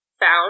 found